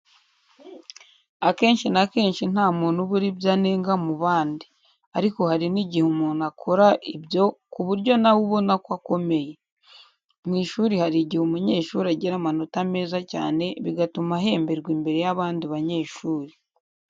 Akenshi na kenshi nta muntu ubura ibyo anenga mu bandi. Ariko hari n'igihe umuntu akora ibintu ku buryo nawe ubona ko akomeye. Mu ishuri hari igihe umunyeshuri agira amanota meza cyane bigatuma ahemberwa imbere y'abandi banyeshuri.